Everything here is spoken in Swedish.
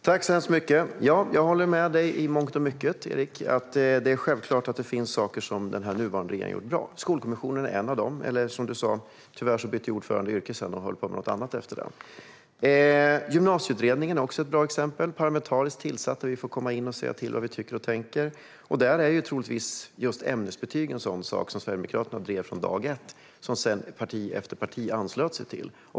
Fru talman! Jag håller med Erik Bengtzboe i mångt och mycket. Det är självklart att det finns saker som den nuvarande regeringen har gjort bra. Skolkommissionen är en av dem, men tyvärr bytte ordföranden yrke och håller nu på med något annat. Gymnasieutredningen är också ett bra exempel, parlamentariskt tillsatt så vi får tala om vad vi tycker och tänker. Där är ämnesbetyg, som Sverigedemokraterna drev från dag ett, en sådan sak som parti efter parti sedan anslöt sig till.